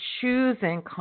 choosing